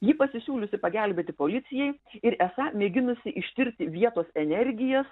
ji pasisiūliusi pagelbėti policijai ir esą mėginusi ištirti vietos energiją